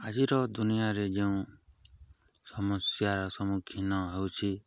ଆଜିର ଦୁନିଆରେ ଯେଉଁ ସମସ୍ୟାର ସମ୍ମୁଖୀନ ହେଉଛି